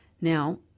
Now